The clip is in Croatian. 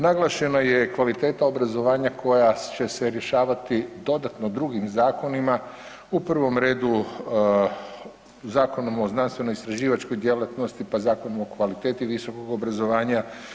Naglašena je i kvaliteta obrazovanja koja će se rješavati dodatno drugim zakonima u prvom redu Zakonom o znanstveno istraživačkoj djelatnosti, pa Zakonom o kvaliteti visokog obrazovanja.